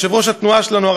יושב-ראש התנועה שלנו,